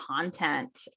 content